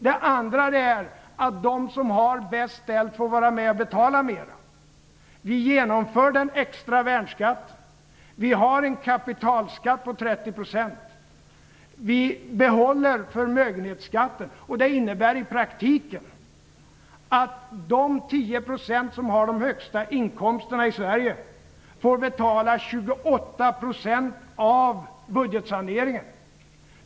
Det andra är att de som har bäst ställt får vara med och betala mera. Vi genomförde en extra värnskatt. Vi har en kapitalskatt på 30 %. Vi behåller förmögenhetsskatten, och det innebär i praktiken att de 10 % som har de högsta inkomsterna i Sverige får betala 28 % av budgetsaneringen.